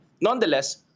nonetheless